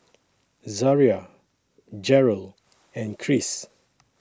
Zaria Jerrel and Chris